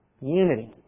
Unity